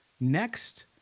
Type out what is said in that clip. next